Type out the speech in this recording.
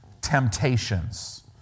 temptations